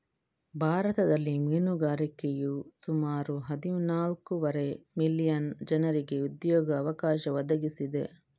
ಭಾರತದಲ್ಲಿ ಮೀನುಗಾರಿಕೆಯು ಸುಮಾರು ಹದಿನಾಲ್ಕೂವರೆ ಮಿಲಿಯನ್ ಜನರಿಗೆ ಉದ್ಯೋಗ ಅವಕಾಶ ಒದಗಿಸಿದೆ